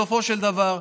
בסופו של דבר,